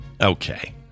Okay